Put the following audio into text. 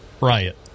riot